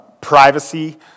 privacy